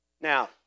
Now